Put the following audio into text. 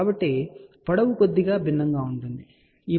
కాబట్టి పొడవు కొద్దిగా భిన్నంగా ఉంటుంది సరే